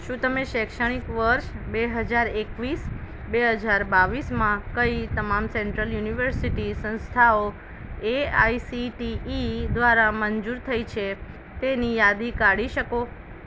શું તમે શૈક્ષણિક વર્ષ બે હજાર એકવીસ બે હજાર બાવીસમાં કઈ તમામ સેન્ટ્રલ યુનિવર્સિટી સંસ્થાઓ A I C T E દ્વારા મંજૂર થઇ છે તેની યાદી કાઢી શકો